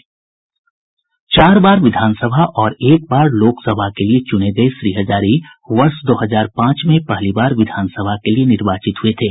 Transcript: चार बार विधान सभा और एक बार लोकसभा के लिए निर्वाचित श्री हजारी वर्ष दो हजार पांच में पहली बार विधानसभा के लिए निर्वाचित हुए थे